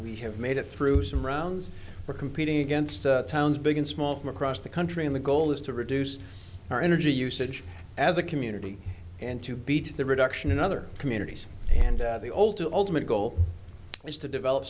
we have made it through some rounds were competing against towns big and small from across the country and the goal is to reduce our energy usage as a community and to beat the reduction in other communities and the old the ultimate goal is to develop